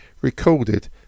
recorded